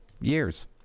years